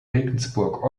regensburg